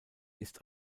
ist